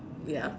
ya